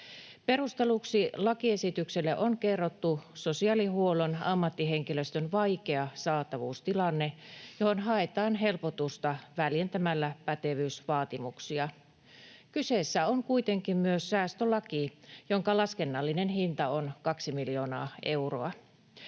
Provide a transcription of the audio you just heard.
Perusteluksi lakiesitykselle on kerrottu sosiaalihuollon ammattihenkilöstön vaikea saatavuustilanne, johon haetaan helpotusta väljentämällä pätevyysvaatimuksia. Kyseessä on kuitenkin myös säästölaki, jonka laskennallinen hinta on kaksi miljoonaa euroa.